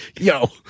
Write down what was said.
yo